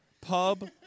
Pub